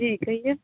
जी जी कहियौ